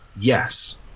Yes